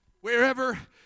Wherever